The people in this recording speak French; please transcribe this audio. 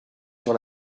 sur